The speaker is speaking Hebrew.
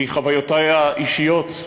מחוויותי האישיות,